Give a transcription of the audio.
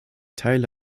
teile